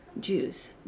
Jews